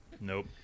Nope